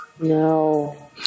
No